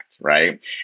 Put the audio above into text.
right